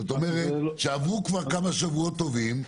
זאת אומרת שעברו כבר כמה שבועות טובים,